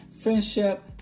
friendship